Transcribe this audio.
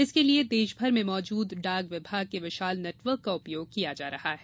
इसके लिए देशभर में मौजूद डाक विभाग के विशाल नेटवर्क का उपयोग किया जा रहा है